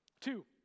Two